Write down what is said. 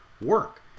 work